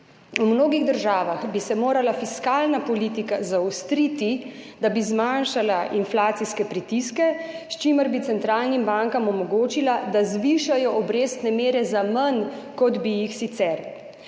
V mnogih državah bi se morala fiskalna politika zaostriti, da bi zmanjšala inflacijske pritiske, s čimer bi centralnim bankam omogočila, da zvišajo obrestne mere za manj, kot bi jih sicer.